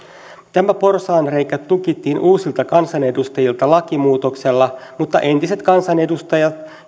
tämä porsaanreikä tukittiin uusilta kansanedustajilta lakimuutoksella mutta entiset kansanedustajat